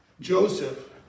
Joseph